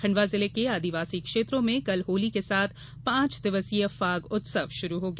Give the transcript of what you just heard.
खंडवा जिले के आदिवासी क्षेत्रों में कल होली के साथ पांच दिवसीय फाग उत्सव शुरू हो गया